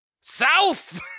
South